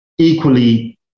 Equally